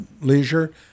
leisure